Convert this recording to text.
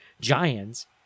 Giants